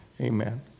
Amen